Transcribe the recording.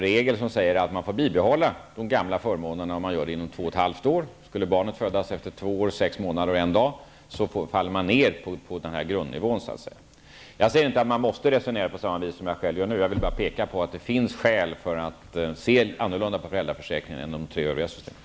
Reglerna säger att man får bibehålla de gamla förmånerna om man föder ytterligare ett barn inom två och ett halvt år. Skulle barnet födas efter två år, sex månader och en dag faller man ned på grundnivån. Jag säger inte att man måste resonera såsom jag själv gör nu, men jag vill peka på att det finns skäl att se på föräldraförsäkringen på ett annat sätt än på de tre övriga försäkringarna.